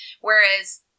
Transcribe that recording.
Whereas